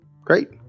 Great